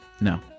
No